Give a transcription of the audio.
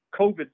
COVID